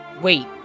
Wait